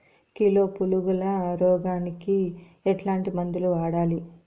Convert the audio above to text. Kilo పులుగుల రోగానికి ఎట్లాంటి మందులు వాడాలి?